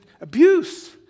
abuse